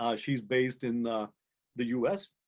um she's based in the the us.